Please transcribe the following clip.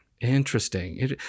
Interesting